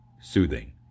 soothing